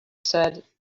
said